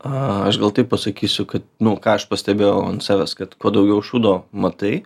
aš gal taip pasakysiu kad nu ką aš pastebėjau ant savęs kad kuo daugiau šūdo matai